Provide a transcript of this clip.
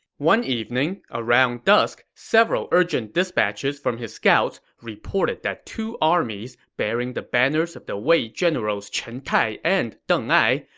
one evening, around dusk, several urgent dispatches from his scouts reported that two armies, bearing the banners of the wei generals chen tai and deng ai,